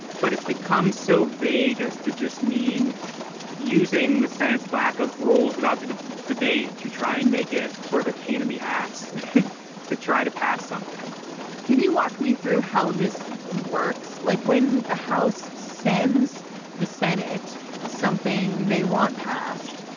but it's become so vague as to just mean using the senate's lack of rules about the debate to try and make it sort of a pain in the ass to try to pass something can you walk me through how this works like when the house sends the senate something they want passed.